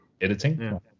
editing